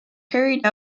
carried